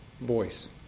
voice